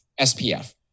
SPF